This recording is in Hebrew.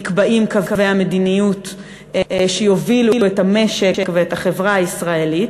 נקבעים קווי המדיניות שיובילו את המשק ואת החברה הישראלית,